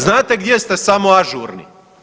Znate gdje ste samo ažurni?